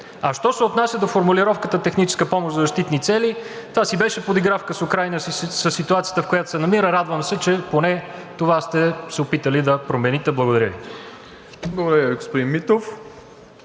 А що се отнася до формулировката „техническа помощ за защитни цели“, това си беше подигравка с Украйна и със ситуацията, в която се намира. Радвам се, че поне това сте се опитали да промените. Благодаря Ви. ПРЕДСЕДАТЕЛ